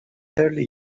early